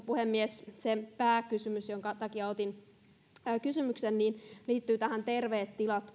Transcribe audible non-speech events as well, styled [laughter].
[unintelligible] puhemies sitten se pääkysymys jonka takia otin puheenvuoron liittyy tähän terveet tilat [unintelligible]